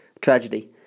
tragedy